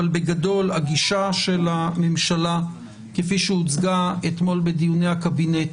אבל בגדול הגישה של הממשלה כפי שהוצגה אתמול בדיוני הקבינט,